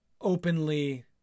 openly